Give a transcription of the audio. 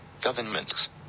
governments